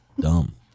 Dumb